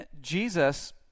Jesus